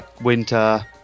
Winter